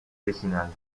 original